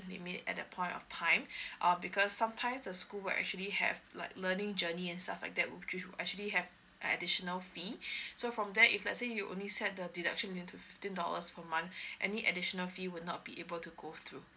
limit at that point of time uh because sometimes the school will actually have like learning journey and stuff like that would you actually have additional fee so from there if let's say you only set the deduction into fifteen dollars per month any additional fee will not be able to go through